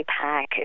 pack